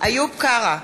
איוב קרא,